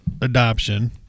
adoption